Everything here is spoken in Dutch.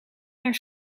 naar